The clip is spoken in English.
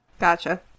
Gotcha